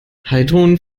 heidrun